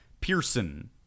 Pearson